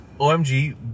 OMG